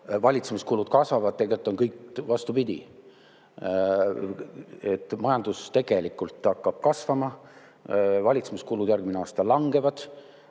valitsemiskulud kasvavad. Tegelikult on kõik vastupidi: majandus hakkab kasvama, valitsemiskulud järgmisel aastal langevad